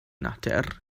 natur